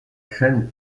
chaîne